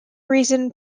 reason